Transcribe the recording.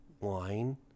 wine